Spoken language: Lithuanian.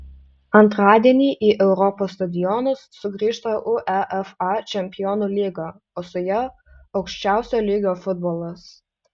antradienį į europos stadionus sugrįžta uefa čempionų lyga o su ja aukščiausio lygio futbolas